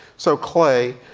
so clay,